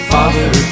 Father